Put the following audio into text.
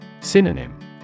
Synonym